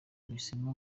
uhisemo